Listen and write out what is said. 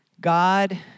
God